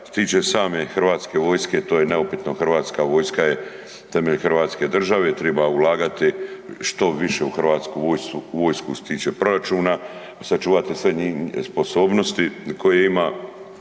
tiče same hrvatske vojske, to je neupitno, hrvatska vojska je temelj hrvatske države, treba ulagati što više u hrvatsku vojsku što se tiče proračuna, sačuvati sve sposobnosti koje ima